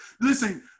Listen